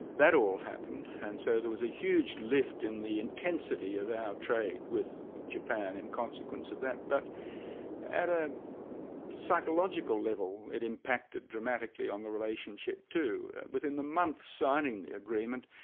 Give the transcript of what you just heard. that all happened. and so there was a huge lift in the intensity of our trade with japan in consequence of that. but at a psychological level, it impacted dramatically on the relationship too. within the month's signing of the agreement,